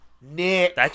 Nick